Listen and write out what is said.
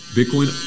Bitcoin